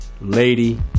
Lady